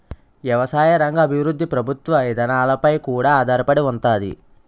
ఎవసాయ రంగ అభివృద్ధి ప్రభుత్వ ఇదానాలపై కూడా ఆధారపడి ఉంతాది